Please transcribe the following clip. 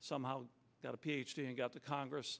somehow got a ph d and got the congress